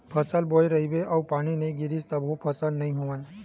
फसल बोए रहिबे अउ पानी नइ गिरिय तभो फसल नइ होवय